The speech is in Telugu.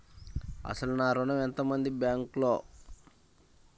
అసలు నా ఋణం ఎంతవుంది బ్యాంక్లో?